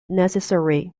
necessary